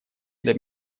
для